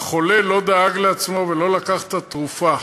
והחולה לא דאג לעצמו ולא לקח את התרופה.